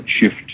shift